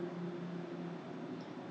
荔枝的那个酥 whatever 酥